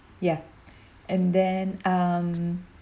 ya and then um